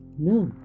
No